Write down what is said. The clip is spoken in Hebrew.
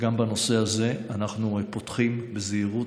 גם בנושא הזה אנחנו פותחים בזהירות,